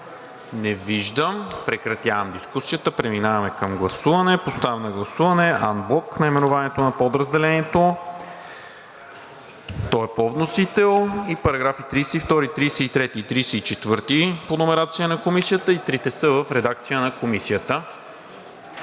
Не виждам. Прекратявам дискусията и преминаваме към гласуване. Поставям на гласуване анблок наименованието на подразделението – то е по вносител, и параграфи 32, 33 и 34 по номерация на Комисията, и трите са в редакция на Комисията.